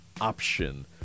option